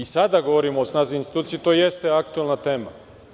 Sada govorimo o snazi institucija i to jeste aktuelna tema.